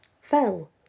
fell